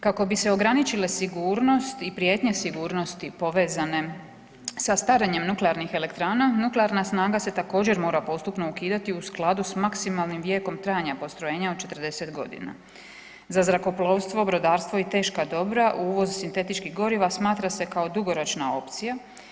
Kako bi se ograničile sigurnost i prijetnje sigurnosti povezane sa starenjem nuklearnih elektrana, nuklearna snaga se također mora postupno ukidati u skladu s maksimalnim vijekom trajanja postrojenja od 40.g. Za zrakoplovstvo, brodarstvo i teška dobra uvoz sintetičkih goriva smatra se kao dugoročna opcija.